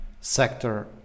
sector